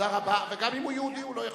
גם אם הוא יהודי, הוא לא חייב.